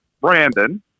Brandon